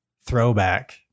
throwback